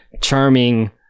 charming